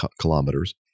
kilometers